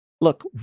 look